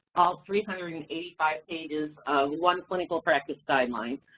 all three hundred and eighty five pages of one clinical practice guideline.